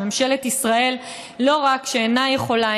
שממשלת ישראל לא רק שאינה יכולה,